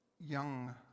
young